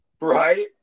Right